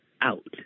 out